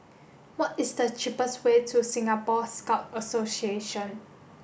what is the cheapest way to Singapore Scout Association